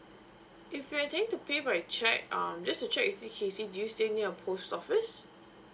if you're intending to pay by check um just to check with you kesy do you stay near a post office